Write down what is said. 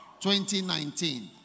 2019